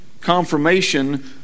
confirmation